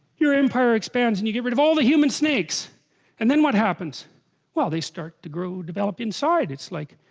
your empire expands and you get rid of all the human snakes and then what happens well they start to grow developed inside it's like?